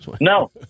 No